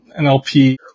NLP